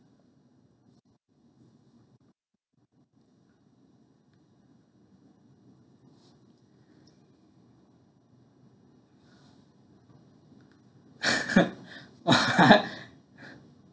what